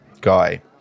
guy